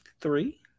Three